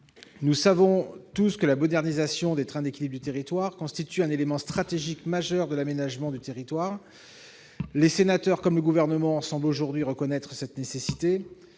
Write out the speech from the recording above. Nous savons tous que la modernisation des trains d'équilibre du territoire constitue un élément stratégique majeur de l'aménagement du territoire. Les sénateurs comme le Gouvernement semblent aujourd'hui reconnaître cette nécessité.